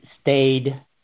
stayed